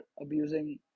abusing